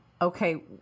Okay